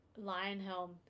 Lionhelm